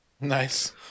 Nice